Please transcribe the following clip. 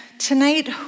Tonight